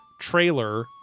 trailer